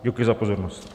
Děkuji za pozornost.